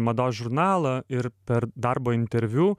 mados žurnalą ir per darbo interviu